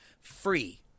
free